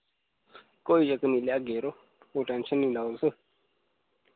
कोई चक्कर नी लेआगे यरो कोई टैंशन नी लाओ तुस